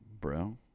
bro